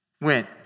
went